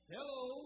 Hello